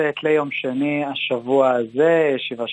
י"ט